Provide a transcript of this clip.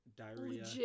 diarrhea